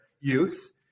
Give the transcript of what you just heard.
youth